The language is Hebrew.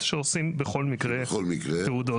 שעושים בכל מקרה תעודות.